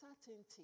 certainty